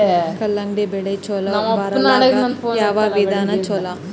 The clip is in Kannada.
ಕಲ್ಲಂಗಡಿ ಬೆಳಿ ಚಲೋ ಬರಲಾಕ ಯಾವ ವಿಧಾನ ಚಲೋ?